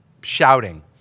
shouting